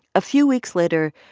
a few weeks later,